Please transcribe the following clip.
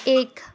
ایک